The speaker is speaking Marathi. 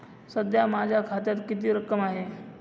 सध्या माझ्या खात्यात किती रक्कम आहे?